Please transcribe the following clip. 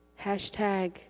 Hashtag